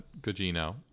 Gugino